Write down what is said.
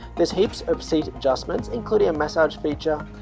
there's heaps of seat adjustments including a massage feature,